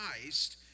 Christ